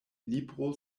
libro